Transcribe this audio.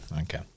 okay